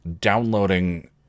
downloading